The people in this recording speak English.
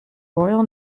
royal